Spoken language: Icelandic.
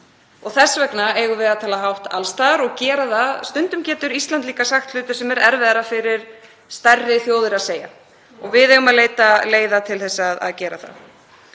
Þess vegna eigum við að tala hátt alls staðar og gera það. Stundum getur Ísland líka sagt hluti sem er erfiðara fyrir stærri þjóðir að segja. Við eigum að leita leiða til að gera það.